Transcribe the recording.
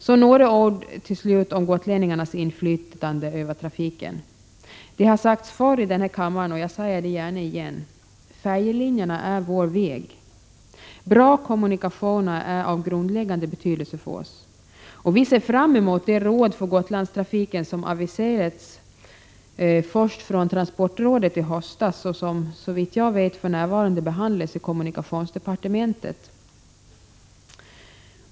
Så några ord till slut om gotlänningarnas inflytande över trafiken. Det har sagts förr i denna kammare, och jag säger det gärna igen: Färjelinjerna är vår väg. Bra kommunikationer är av grundläggande betydelse för oss. 175 Vi ser fram emot det råd för Gotlandstrafiken som först aviserades från transportrådet i höstas och som såvitt jag vet för närvarande behandlas i kommunikationsdepartementet.